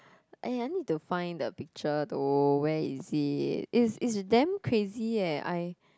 aiyah need to find the picture though where is it is is damn crazy aye I